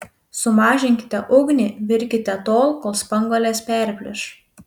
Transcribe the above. sumažinkite ugnį virkite tol kol spanguolės perplyš